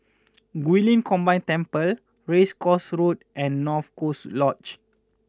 Guilin Combined Temple Race Course Road and North Coast Lodge